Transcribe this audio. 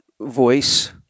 voice